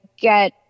get